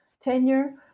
tenure